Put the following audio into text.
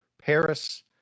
Paris